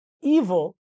evil